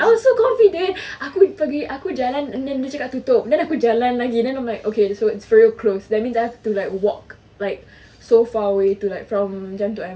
I was so confident I pergi aku jalan and then dia cakap tutup then aku jalan lagi then I'm like okay so it's really close that means I have to like walk like so far away to like from JEM to I_M_M